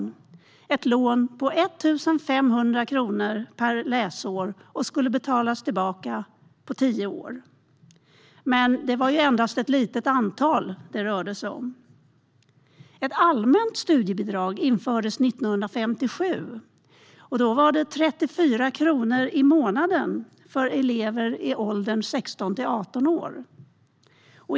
Det var ett lån på 1 500 kronor per läsår, som skulle betalas tillbaka på tio år. Men det var endast ett litet antal det rörde sig om. Allmänt studiebidrag infördes 1957. Då var det på 34 kronor per månad för elever i åldern 16-18 år.